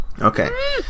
Okay